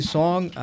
song